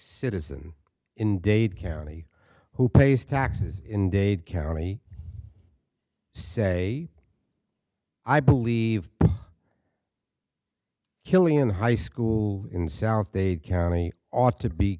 citizen in dade county who pays taxes in dade county say i believe killing in high school in south dade county ought to be